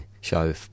Show